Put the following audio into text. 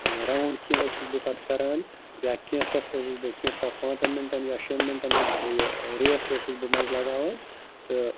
round کیٚنٛہہ اوسُس بہٕ پَتہٕ کَران یا کینٛژھس اوسُس بہٕ کینٛژھا پانٛژَن مِنٹَن یا شٮ۪ن مِنٹَن ہٕنٛز یہِ ریس تہِ اوسُس بہٕ منٛزٕ لگاوان تہٕ